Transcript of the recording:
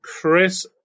Chris